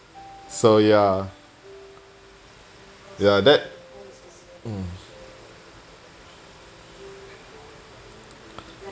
so ya ya that hmm